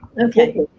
Okay